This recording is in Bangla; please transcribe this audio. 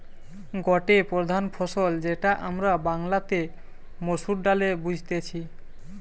গটে প্রধান ফসল যেটা আমরা বাংলাতে মসুর ডালে বুঝতেছি